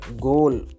goal